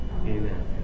amen